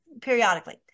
periodically